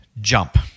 jump